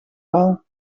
wal